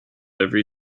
every